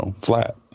flat